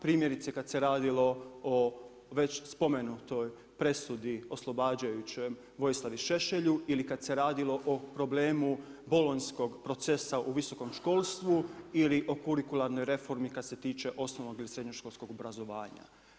Primjerice, kada se radilo o već spomenutoj presudi oslobađajućem Vojislavu Šešelju ili kad se radilo o problemu bolonjskog procesa u visokom školstvu ili o kurikularnoj reformi kada se tiče osnovnog i srednjoškolskog obrazovanja.